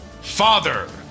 Father